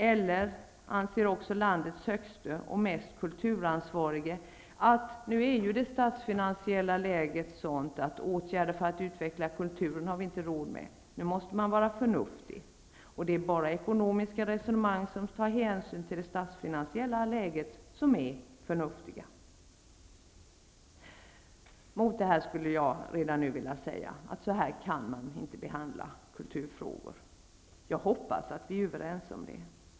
Eller anser också landets högsta och mest kulturansvariga att det statsfinansiella läget är sådant att vi inte har råd med åtgärder för att utveckla kulturen, att man nu måste vara förnuftig och att det bara är ekonomiska resonemang som tar hänsyn till det statsfinansiella läget som är förnuftiga? Mot det skulle jag redan nu vilja säga: Så kan man inte behandla kulturfrågor. Hoppas att vi är överens om det.